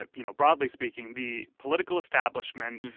ah you know, broadly speaking, the political establishment,